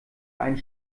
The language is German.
einen